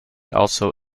also